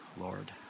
Lord